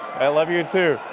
i love you too.